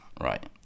right